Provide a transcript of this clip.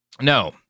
No